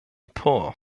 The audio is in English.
poor